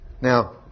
Now